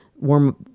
warm